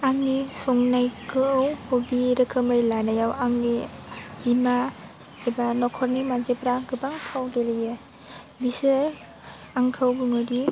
आंनि संनायखौ हबि रोखोमै लानायाव आंनि बिमा एबा न'खरनि मानसिफ्रा गोबां फाव गेलेयो बिसोर आंखौ बुङोदि